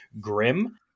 grim